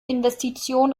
investition